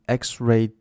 x-ray